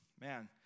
man